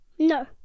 No